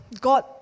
God